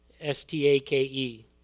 S-T-A-K-E